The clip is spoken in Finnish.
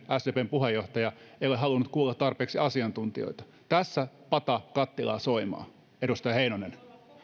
sdpn puheenjohtaja ei ole halunnut kuulla tarpeeksi asiantuntijoita tässä pata kattilaa soimaa edustaja heinonen